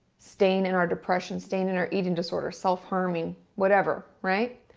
staying in our depression, staying in our eating disorder, self harming, whatever, right?